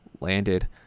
landed